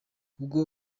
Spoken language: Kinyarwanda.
ubwo